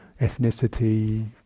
ethnicity